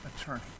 attorney